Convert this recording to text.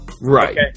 Right